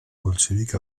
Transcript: bolxevic